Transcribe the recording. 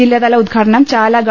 ജില്ലാതല ഉദ്ഘാടനം ചാല ഗവ